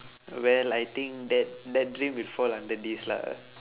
where I think that that dream will fall under this lah